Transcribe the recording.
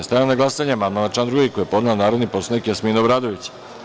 Stavljam na glasanje amandman na član 2. koji je podnela narodni poslanik Jasmina Obradović.